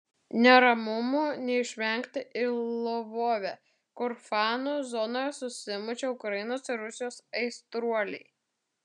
neramumų neišvengta ir lvove kur fanų zonoje susimušė ukrainos ir rusijos aistruoliai